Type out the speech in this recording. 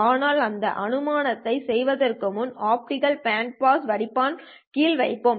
ஆனால் அந்த அனுமானத்தைச் செய்வதற்கு முன் ஆப்டிகல் பேண்ட் பாஸ் வடிப்பான் கீழே வைப்போம்